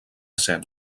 cent